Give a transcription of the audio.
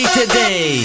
today